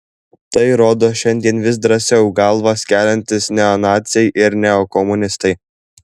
tai rodo šiandien vis drąsiau galvas keliantys neonaciai ir neokomunistai